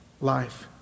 life